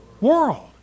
world